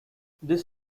this